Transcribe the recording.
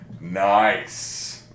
Nice